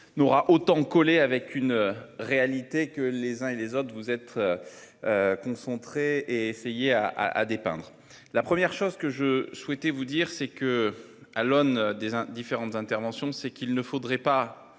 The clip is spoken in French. N'aura autant collé avec une réalité que les uns et les autres vous êtes. Concentré. Essayer à à dépeindre la première chose que je souhaitais vous dire c'est que, à l'aune des hein différentes interventions c'est qu'il ne faudrait pas,